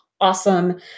awesome